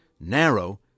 narrow